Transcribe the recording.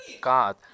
god